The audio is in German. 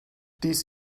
dies